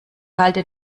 halte